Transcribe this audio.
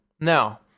Now